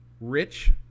Rich